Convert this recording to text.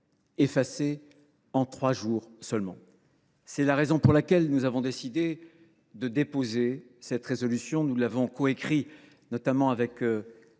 effacés en trois jours seulement ! C’est la raison pour laquelle nous avons décidé de déposer cette résolution, que j’ai coécrite notamment avec